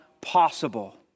possible